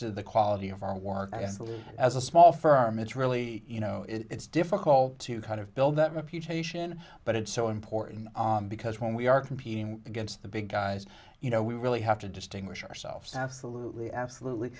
to the quality of our work as a leader as a small firm it's really you know it's difficult to kind of build that reputation but it's so important because when we are competing against the big guys you know we really have to distinguish ourselves absolutely absolutely